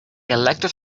elected